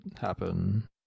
happen